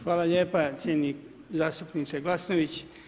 Hvala lijepa cijenjeni zastupniče Glasnović.